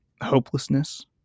hopelessness